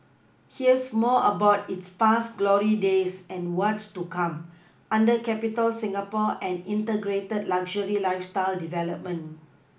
here's more about its past glory days and what's to come under Capitol Singapore an Integrated luxury lifeStyle development